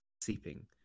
seeping